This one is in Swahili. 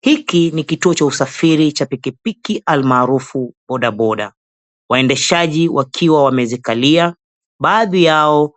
Hiki ni kituo cha usafiri wa pikipiki almaarufu bodaboda, waendeshaji wakiwa wamezikalia. Baadhi yao